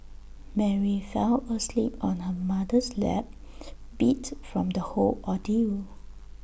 Mary fell asleep on her mother's lap beat from the whole ordeal